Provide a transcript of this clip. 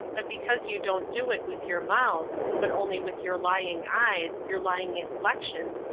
but because you don't do it with your mouths, but only with your lying eyes, your lying inflections,